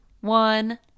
one